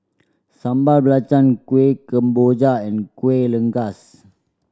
Sambal Belacan Kueh Kemboja and Kuih Rengas